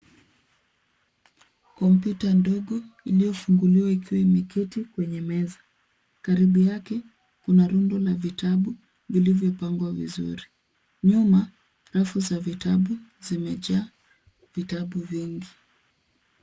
Kompyuta ndogo iliyofunguliwa ikiwa imeketi kwenye meza. Karibu yake kuna rundo la vitabu vilivyopangwa vizuri. Nyuma, rafu za vitabu zimejaa vitabu vingi.